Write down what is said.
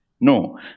No